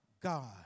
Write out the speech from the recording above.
God